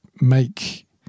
make